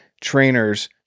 trainers